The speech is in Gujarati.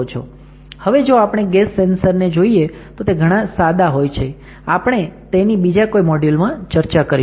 હવે જો આપણે ગેસ સેન્સર્સ ને જોઈએ તો તે ઘણા સાદા હોય છે આપણે તેની બીજા કોઈ મોડ્યુલમાં ચર્ચા કરીશું